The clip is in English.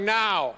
now